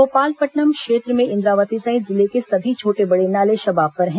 भोपालपट्टनम क्षेत्र में इंद्रावती सहित जिले के सभी छोटे बड़े नाले शबाब पर है